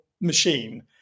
machine